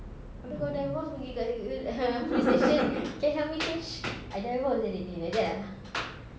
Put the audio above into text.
aheh kalau divorce pergi dekat uh police station can you help me change I divorce already like that ah